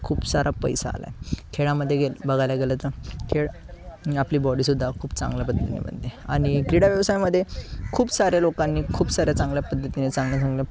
खूप सारा पैसा आला आहे खेळामध्ये बघायला गेलं तर खेळ आपली बॉडी सुद्धा खूप चांगल्या पद्धतीने बनते आणि क्रीडा व्यवसायामध्ये खूप साऱ्या लोकांनी खूप साऱ्या चांगल्या पद्धतीने चांगल्या चांगल्या